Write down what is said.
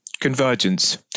Convergence